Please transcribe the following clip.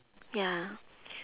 ya